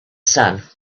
sun